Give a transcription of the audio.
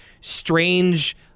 strange